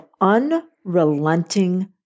unrelenting